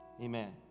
amen